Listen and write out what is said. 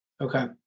Okay